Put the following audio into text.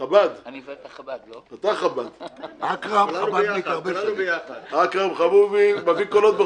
כל